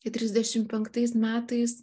į trisdešimt penktais metais